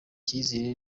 icyizere